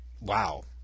wow